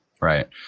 Right